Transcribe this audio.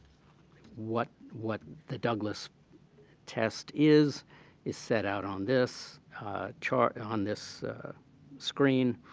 what what the douglas test is is set out on this chart on this screen,